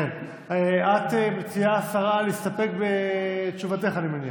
את מציעה, השרה, להסתפק בתשובתך, אני מניח,